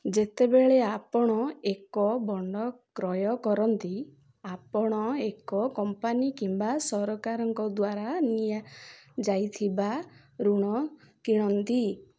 ଯେତେବେଳେ ଆପଣ ଏକ ବ୍ରାଣ୍ଡ କ୍ରୟ କରନ୍ତି ଆପଣ ଏକ କମ୍ପାନୀ କିମ୍ବା ସରକାରଙ୍କ ଦ୍ୱାରା ନିଆ ଯାଇଥିବା ଋଣ କିଣନ୍ତି